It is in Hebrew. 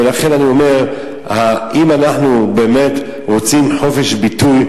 ואם אנחנו באמת רוצים חופש ביטוי,